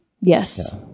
Yes